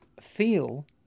feel